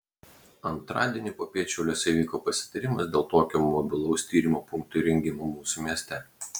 antradienį popiet šiauliuose vyko pasitarimas dėl tokio mobilaus tyrimų punkto įrengimo mūsų mieste